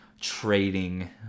trading